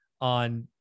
on